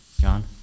John